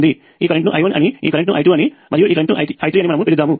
ఈ కరెంట్ ను I1 అని ఈ కరెంట్ ను I2 అని మరియు ఈ కరెంట్ ను I3 అని మనము పిలుద్దాము